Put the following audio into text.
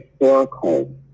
historical